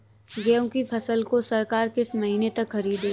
गेहूँ की फसल को सरकार किस महीने तक खरीदेगी?